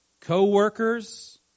co-workers